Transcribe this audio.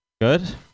Good